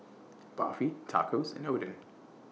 Barfi Tacos and Oden